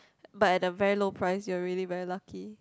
but at a very low price you're really very lucky